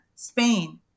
Spain